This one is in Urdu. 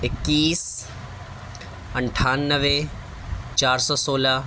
اکیس انٹھانوے چار سو سولہ